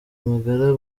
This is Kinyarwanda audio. magara